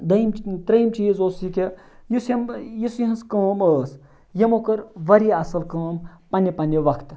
دوٚیِم ترٛیٚیِم چیٖز اوس یہِ کہِ یُس یِم یُس یِہِنٛز کٲم ٲس یِمو کٔر واریاہ اَصٕل کٲم پنٛنہِ پنٛنہِ وقتہٕ